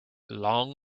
long